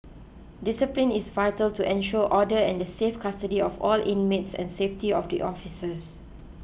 discipline is vital to ensure order and the safe custody of all inmates and safety of the officers